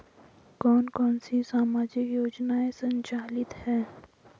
कौन कौनसी सामाजिक योजनाएँ संचालित है?